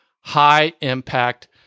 high-impact